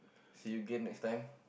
see you again next time